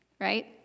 right